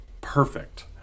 Perfect